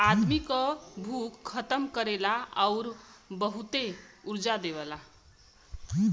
आदमी क भूख खतम करेला आउर बहुते ऊर्जा देवेला